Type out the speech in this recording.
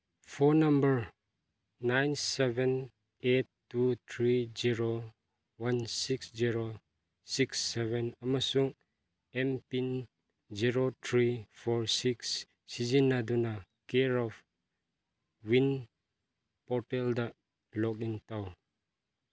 phone number nine seven eight two three zero one six zero six seven ꯑꯃꯁꯨꯡ M PIN zero three four six ꯁꯤꯖꯤꯟꯅꯗꯨꯅ ꯀꯤꯌꯔ ꯑꯣꯐ ꯋꯤꯟ ꯄꯣꯔꯇꯦꯜꯗ log in ꯇꯧ